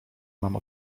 mam